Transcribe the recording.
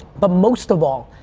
but most of all,